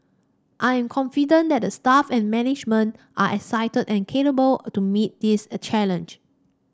I am confident that the staff and management are excited and capable to meet this challenge